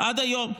עד היום,